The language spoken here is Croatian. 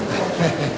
Hvala.